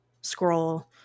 scroll